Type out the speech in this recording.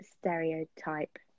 stereotype